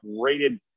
rated